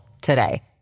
today